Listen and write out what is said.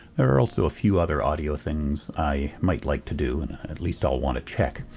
there are also a few other audio things i might like to do, and at least i'll want to check.